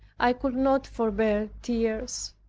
i could not forbear tears.